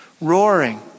roaring